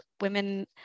women